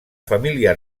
família